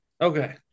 Okay